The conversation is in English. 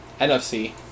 NFC